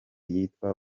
yitwa